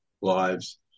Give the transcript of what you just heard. lives